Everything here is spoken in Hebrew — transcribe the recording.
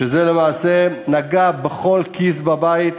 וזה למעשה נגע בכל כיס בבית,